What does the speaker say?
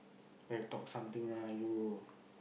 eh talk something lah you